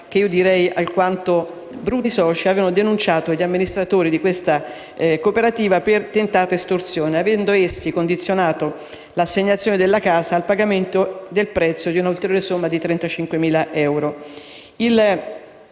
poiché alcuni soci avevano denunciato gli amministratori della cooperativa per tentata estorsione, avendo essi condizionato l'assegnazione della casa al pagamento di un'ulteriore somma di 35.000 euro.